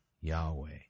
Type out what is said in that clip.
Yahweh